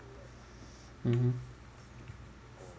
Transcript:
mmhmm